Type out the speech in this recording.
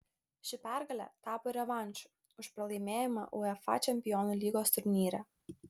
ši pergalė tapo ir revanšu už pralaimėjimą uefa čempionų lygos turnyre